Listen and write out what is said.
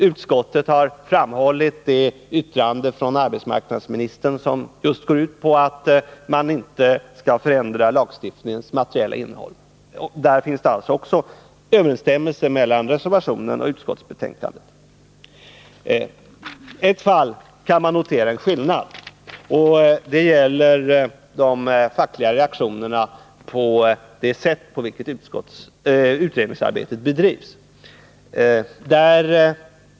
Utskottet har framhållit att arbetsmarknadsministern i riksdagen uttalat att översynen inte tar sikte på ledighetslagstiftningens materiella innehåll. På denna punkt råder alltså överensstämmelse mellan reservationen och utskottsbetänkandet. Ett fall kan noteras där det råder skillnad mellan utskottsmajoritetens och reservanternas uppfattning och det gäller de fackliga reaktionerna över det sätt på vilket utredningsarbetet bedrivs.